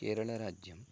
केरलराज्यम्